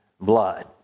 blood